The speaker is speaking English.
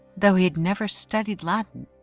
though he had never studied latin,